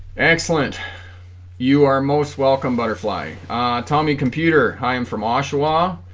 excellent you are most welcome butterfly tommy computer hi i'm from oshawa